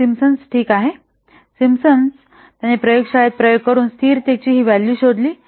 हे सिम्पसन ठीक आहे सिम्पसन त्याने प्रयोगशाळेत प्रयोग करून स्थिरतेची ही व्हॅल्यू शोधली